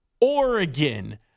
Oregon